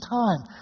time